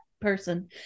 person